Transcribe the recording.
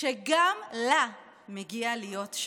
שגם לה מגיע להיות שווה.